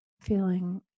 feeling